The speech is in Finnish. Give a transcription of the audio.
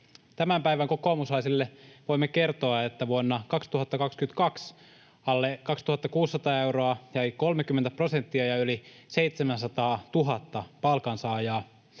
Tämän päivän kokoomuslaisille voimme kertoa, että vuonna 2022 alle 2 600 euron jäi 30 prosenttia eli yli 700 000 palkansaajaa,